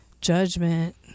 judgment